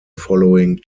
following